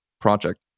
project